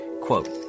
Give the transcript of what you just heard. Quote